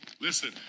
Listen